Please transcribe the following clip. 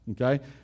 Okay